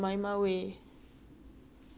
jemma wei then after that blonde